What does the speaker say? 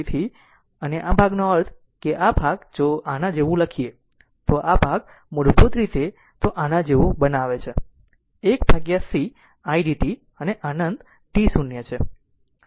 તેથી અને આ ભાગનો અર્થ છે કે આ ભાગ જો આના જેવા લખે આ મૂળભૂત રીતે જો તેને આ જેવું બનાવે છે 1c iddt અને અનંત t0 છે